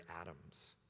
atoms